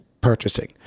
purchasing